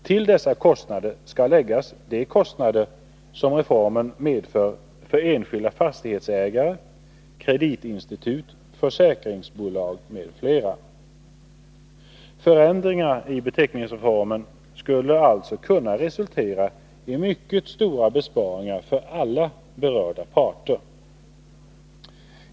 Till dessa kostnader skall läggas de kostnader som reformen medför för enskilda fastighetsägare, kreditinstitut, försäkringsbolag m.fl. Förändringar i beteckningsreformen skulle alltså kunna resultera i mycket stora besparingar för alla berörda parter.